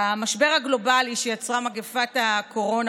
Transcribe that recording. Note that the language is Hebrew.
למשבר הגלובלי שיצרה מגפת הקורונה,